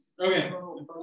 Okay